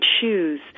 choose